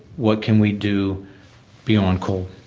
what can we do beyond coal.